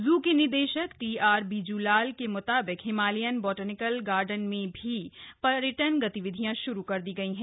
जू के निदेशक टी र बीजूलाल के मुताबिक हिमालयन बॉटनिकल गार्डन में भी पर्यटन गतिविधियां शुरू कर दी गयी हैं